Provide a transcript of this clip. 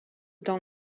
dans